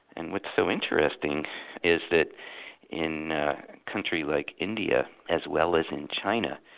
and what's so interesting is that in a country like india, as well as in china,